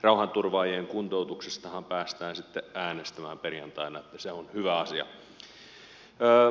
rauhanturvaajien kuntoutuksestahan päästään äänestämään perjantaina se on hyvä asia